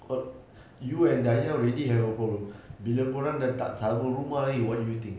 you and dayah ready have a problem bila kau orang tak sama rumah lagi what do you think